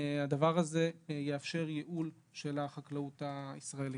הדבר הזה יאפשר ייעול של החקלאות הישראלית.